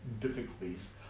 difficulties